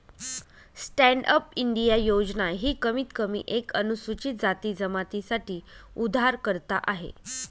stand up India योजना ही कमीत कमी एक अनुसूचित जाती जमाती साठी उधारकर्ता आहे